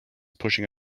pushing